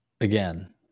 again